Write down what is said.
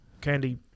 candy